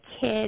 kid